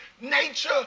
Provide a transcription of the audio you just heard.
nature